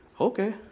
Okay